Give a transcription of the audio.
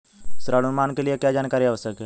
ऋण अनुमान के लिए क्या जानकारी आवश्यक है?